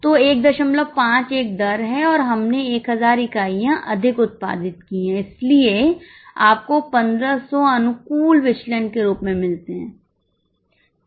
तो १५ एक दर है और हमने 1000 इकाइयां अधिक उत्पादित की हैं इसलिए आपको 1500 अनुकूल विचलन के रूप में मिलते हैं क्या आप मुझे समझ रहे हैं